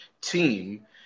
team